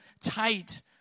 tight